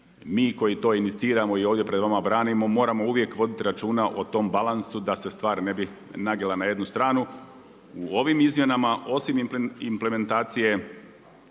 mi koji to iniciramo i ovdje pred vama branimo moramo uvijek voditi računa o tom balansu da se stvar ne bi nagnula na jednu stranu. U ovim izmjenama osim implementacije